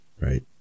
right